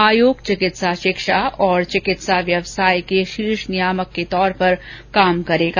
आयोग चिकित्सा शिक्षा और चिकित्सा व्यवसाय के शीर्ष नियामक के तौर पर काम करेगा